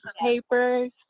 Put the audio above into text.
papers